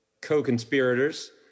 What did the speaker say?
co-conspirators